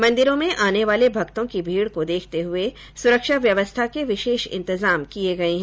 मॅन्दिरों में आने वाले भक्तों की भीड़ को देखते हुए सुरक्षा व्यवस्था के विशेष इन्तजाम किए गए हैं